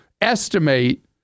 estimate